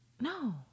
No